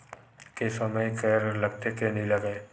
के समय कर लगथे के नइ लगय?